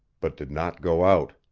but did not go out.